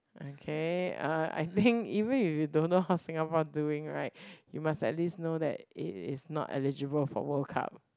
okay uh I think even if you don't know how Singapore doing right you must at least know that it is not eligible for World Cup